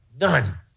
None